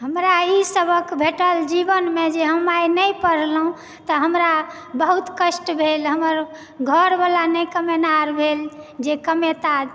हमरा ई सबक भेटल जीवनमे जे हम आइ नहि पढ़लहुँ तऽ हमरा बहुत कष्ट भेल हमर घरवला नहि कमेनहार भेल जे कमेता